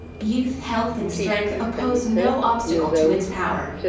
youth, health and strength oppose no obstacle to its power.